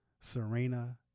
Serena